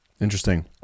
interesting